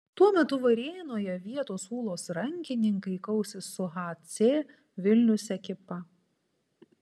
tuo metu varėnoje vietos ūlos rankininkai kausis su hc vilnius ekipa